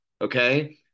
Okay